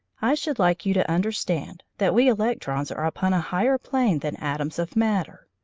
i should like you to understand that we electrons are upon a higher plane than atoms of matter.